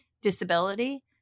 disability